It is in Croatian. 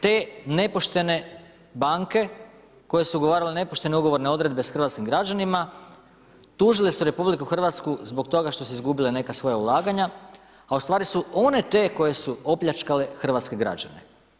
Te nepoštene banke koje su ugovarale nepoštene ugovorne odredbe s hrvatskim građanima, tužile su RH zbog toga što su izgubile neka svoja ulaganja, a ustvari su one te koje su opljačkale hrvatske građane.